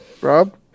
Rob